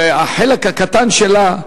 ובחלק הקטן שלה,